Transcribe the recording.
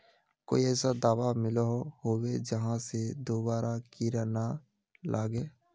कोई ऐसा दाबा मिलोहो होबे जहा से दोबारा कीड़ा ना लागे?